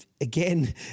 again